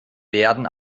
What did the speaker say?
werden